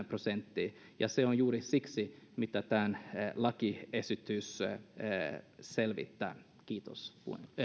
prosenttiin ja se on juuri se mitä tämä lakiesitys selvittää kiitos